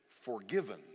forgiven